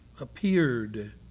Appeared